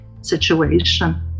situation